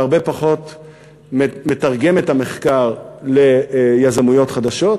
אבל הרבה פחות מתרגם את המחקר ליזמויות חדשות,